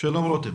רותם